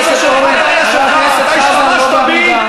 חבר הכנסת אורן, חבר הכנסת חזן, לא בעמידה.